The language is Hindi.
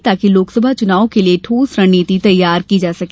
ताकि लोकसभा चुनावों के लिये ठोस रणनीति तैयार की जा सके